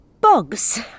Bugs